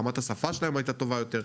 רמת השפה שלהם הייתה טובה יותר.